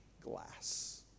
Glass